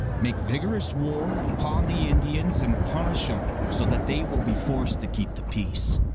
make vigorous war upon the indians and punish them so that they will be forced to keep the peace.